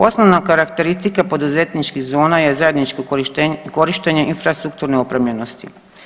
Osnovna karakteristika poduzetničkih zona ja zajedničko korištenje infrastrukturne opremljenosti.